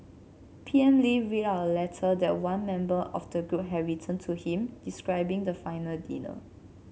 P M Lee read out a letter that one member of the group had written to him describing the final dinner